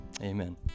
Amen